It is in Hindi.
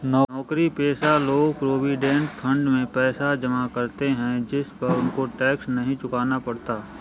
नौकरीपेशा लोग प्रोविडेंड फंड में पैसा जमा करते है जिस पर उनको टैक्स नहीं चुकाना पड़ता